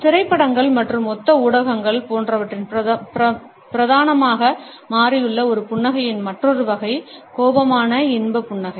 திரைப்படங்கள் மற்றும் ஒத்த ஊடகங்கள் போன்றவற்றின் பிரதானமாக மாறியுள்ள ஒரு புன்னகையின் மற்றொரு வகை கோபமான இன்ப புன்னகை